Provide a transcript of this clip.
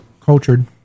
cultured